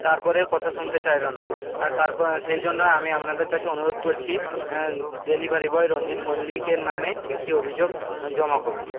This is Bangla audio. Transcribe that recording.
তারপরেও কথা শুনতে চাইল না তারপর সেই জন্য আমি আপনাদের কাছে অনুরোধ কচ্ছি ডেলিভারি বয় রঞ্জিত মল্লিকের নামে একটি অভিযোগ জমা করুন